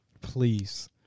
Please